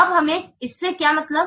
अब हमें इससे क्या मतलब